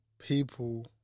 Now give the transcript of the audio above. people